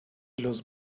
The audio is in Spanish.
los